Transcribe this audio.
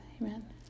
Amen